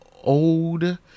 old